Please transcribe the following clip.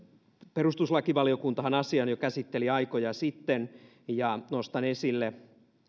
perustuslakivaliokuntahan asian käsitteli jo aikoja sitten ja nostan esille